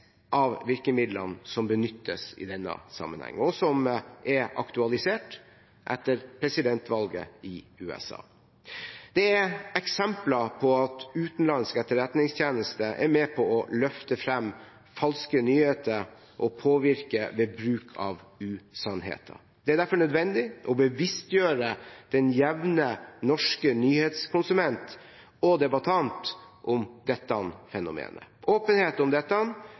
av virkemidlene som benyttes i denne sammenheng, og som er aktualisert etter presidentvalget i USA. Det er eksempler på at utenlandsk etterretningstjeneste er med på å løfte frem falske nyheter og påvirke ved bruk av usannheter. Det er derfor nødvendig å bevisstgjøre den jevne norske nyhetskonsument og debattant om dette fenomenet. Åpenhet om dette